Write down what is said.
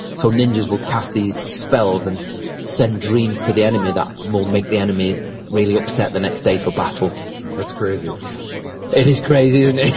so ninjas would cast these spells and send dreams to the enemy that will make the enemy really upset the next day for battle that's crazy it is crazy, isn't it?